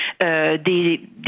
des